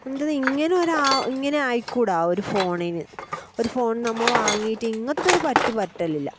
ഇങ്ങനെയൊരാ ഇങ്ങനെ ആയിക്കൂട ഒരു ഫോണിന് ഒരു ഫോൺ നമ്മൾ വാങ്ങിയിട്ട് ഇങ്ങനത്തെ ഒരു പറ്റ് പറ്റലില്ല